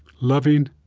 loving